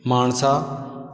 Mansa